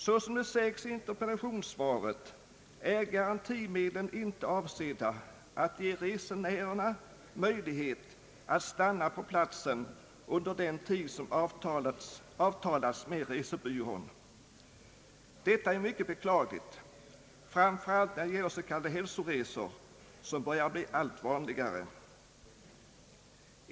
Såsom det sägs i interpellationssvaret, är garantimedlen inte avsedda att ge resenärerna möjlighet att stanna på platsen under den tid som avtalats med resebyrån. Detta är mycket beklagligt, framför allt när det gäller s.k. hälsoresor, som börjar bli allt vanligare.